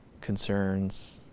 concerns